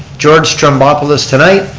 george stroumboulopoulos tonight,